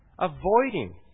Avoiding